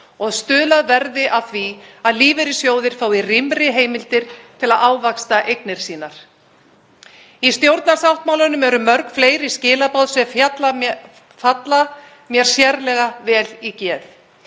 að stuðlað verði að því að lífeyrissjóðir fái rýmri heimildir til að ávaxta eignir sínar. Í stjórnarsáttmálanum eru mörg fleiri skilaboð sem falla mér sérlega vel í geð.